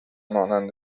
مانند